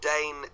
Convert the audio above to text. Dane